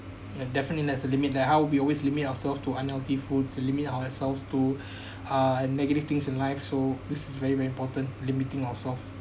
uh definitely there's a limit there how we always limit ourselves to unhealthy food to limit ourselves to uh negative things in life so this is very very important limiting ourself